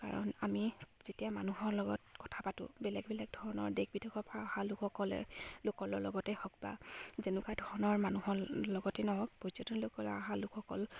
কাৰণ আমি যেতিয়া মানুহৰ লগত কথা পাতোঁ বেলেগ বেলেগ ধৰণৰ দেশ বিদেশৰ পৰা অহা লোকসকলে লোকৰ লগতে হওক বা যেনেকুৱা ধৰণৰ মানুহৰ লগতে নহওক পৰ্যটন লোকৰ হালসকল